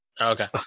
Okay